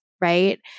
right